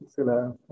Sila